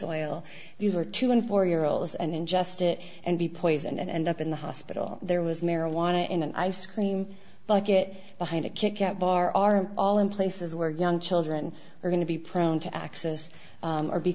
oil these are two and four year olds and ingest it and be poisoned and up in the hospital there was marijuana in an ice cream bucket behind a kick out bar are all in places where young children are going to be prone to access or be